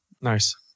Nice